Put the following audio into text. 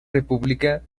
república